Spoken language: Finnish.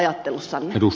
arvoisa puhemies